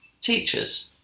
teachers